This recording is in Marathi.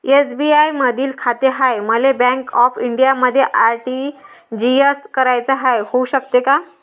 एस.बी.आय मधी खाते हाय, मले बँक ऑफ इंडियामध्ये आर.टी.जी.एस कराच हाय, होऊ शकते का?